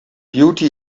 beauty